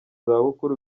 zabukuru